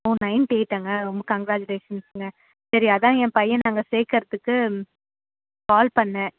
four ninety எயிட்டாங்க ரொம்ப கங்க்ராஜுலேஷன்ஸ்ங்க சரி அதுதான் என் பையனை அங்கே சேர்க்கறதுக்கு கால் பண்ணிணேன்